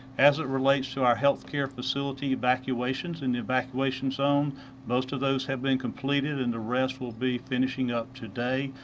as it relates so to healthcare facility evacuations. in the evacuation zone most of those have been completed and the rest will be finishing up today.